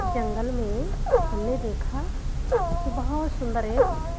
जंगल में हमने देखा कि बहुत सुन्दर एक